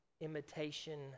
imitation